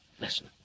Listen